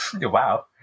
Wow